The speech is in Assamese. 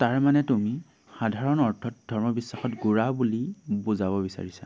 তাৰমানে তুমি সাধাৰণ অৰ্থত ধৰ্মবিশ্বাসত গোড়া বুলি বুজাব বিচাৰিছা